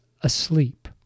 asleep